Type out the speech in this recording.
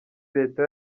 leta